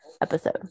episode